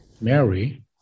Mary